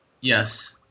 Yes